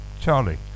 Charlie